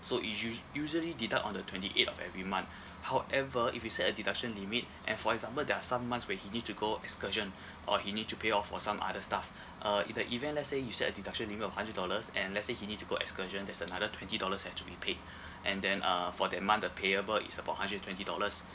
so it's u~ usually deduct on the twenty eighth of every month however if you set a deduction limit and for example there are some months where he need to go excursion or he need to pay off for some other stuff uh in the event let's say you set a deduction limit of hundred dollars and let's say he need to go excursion there's another twenty dollars have to be paid and then uh for that month the payable is about hundred and twenty dollars